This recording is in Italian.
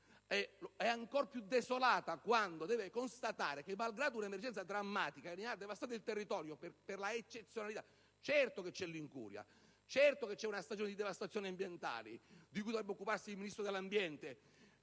è ancor più desolata quando deve constatare cosa avviene malgrado un'emergenza drammatica che ne ha devastato il territorio. Certo che c'è l'incuria, certo che c'è una stagione di devastazioni ambientali, di cui dovrebbe occuparsi il Ministro dell'ambiente!